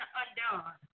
undone